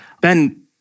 Ben